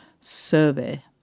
survey